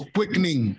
Quickening